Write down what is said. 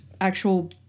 actual